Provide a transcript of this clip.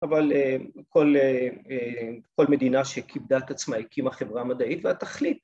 ‫אבל כל מדינה שכיבדה את עצמה ‫הקימה חברה מדעית והתכלית..